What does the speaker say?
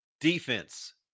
defense